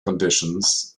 conditions